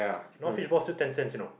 now fishballs still ten cents you know